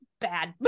bad